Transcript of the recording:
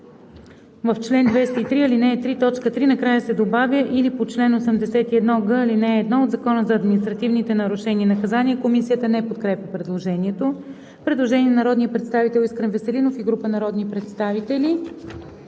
в чл. 203, ал. 3, т. 3 накрая се добавя „или по чл. 81г, ал. 1 от Закона за административните нарушения и наказания“.“ Комисията не подкрепя предложението. Предложение на народния представител Искрен Веселинов и група народни представители.